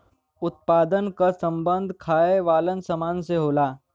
उत्पादन क सम्बन्ध खाये वालन सामान से होला